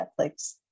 Netflix